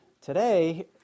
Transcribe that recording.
today